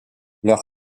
leur